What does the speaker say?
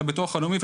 של הביטוח הלאומי,